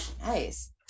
Nice